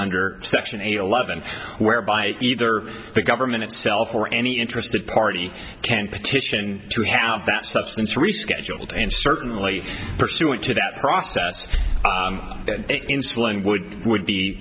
under section eight eleven whereby either the government itself or any interested party can petition to have that substance rescheduled and certainly pursuant to that process insulin would would be